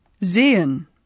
sehen